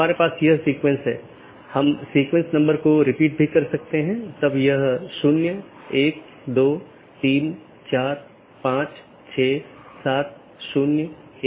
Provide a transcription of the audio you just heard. हमारे पास EBGP बाहरी BGP है जो कि ASes के बीच संचार करने के लिए इस्तेमाल करते हैं औरबी दूसरा IBGP जो कि AS के अन्दर संवाद करने के लिए है